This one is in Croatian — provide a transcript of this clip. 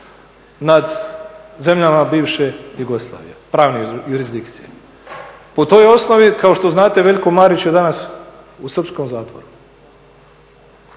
nad zemljama bivše Jugoslavije, pravne jurisdikcije. Po toj osnovi kao što znate Veljko Marić je danas u srpskom zatvoru.